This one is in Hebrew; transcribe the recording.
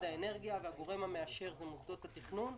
האנרגיה והגורם המאשר הוא מוסדות התכנון.